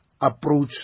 Approach